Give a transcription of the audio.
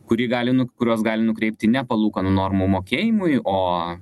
kuri gali nu kurios gali nukreipti ne palūkanų normų mokėjimui o